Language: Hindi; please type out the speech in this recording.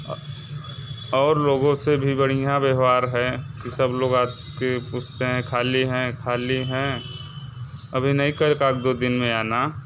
और लोगों से भी बढ़िया व्यवहार है कि सब लोग आ कर पूछते हैं ख़ाली हैं ख़ाली हैं अभी नहीं करे एक अध दो दिन में आना